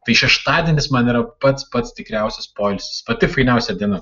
tai šeštadienis man yra pats pats tikriausias poilsis pati fainiausia diena